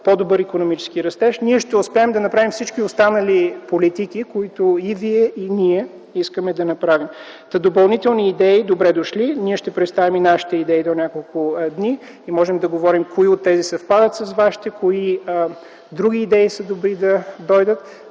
по-добър икономически растеж, ние ще успеем да направим всички останали политики, които и вие, и ние искаме да направим. Допълнителни идеи – добре дошли! Ние ще представим и нашите идеи до няколко дни и можем да говорим кои от тях съвпадат с вашите, кои други идеи са добри да дойдат.